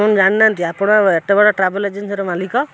ଆପଣ ଜାଣିନାହାଁନ୍ତି ଆପଣ ଏତେ ବଡ଼ ଟ୍ରାଭେଲ୍ ଏଜେନ୍ସିର ମାଲିକ